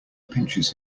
pinches